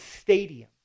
stadium